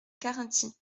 carinthie